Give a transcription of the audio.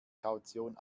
kaution